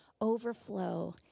overflow